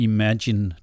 Imagine